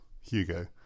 Hugo